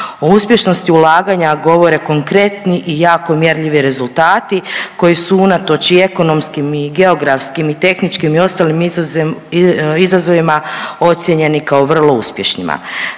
O uspješnosti ulaganja govore konkretni i jako mjerljivi rezultati koji su unatoč i ekonomskim i geografskim i tehničkim i ostalim izazovima ocijenjeni kao vrlo uspješnima.